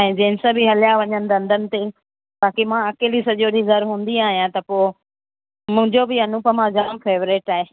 ऐं जेन्स बि हलिया वञनि धंधनि ते बाक़ी मां अकेली सॼो ॾींहुं घरु हूंदी आहियां त पोइ मुंहिंजो बि अनूपमा जामु फ़ेवरेट आहे